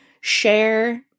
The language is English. share